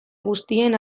guztien